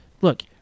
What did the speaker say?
Look